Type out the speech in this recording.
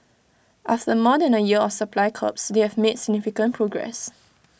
after more than A year of supply curbs they have made significant progress